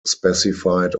specified